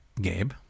Gabe